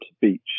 Beach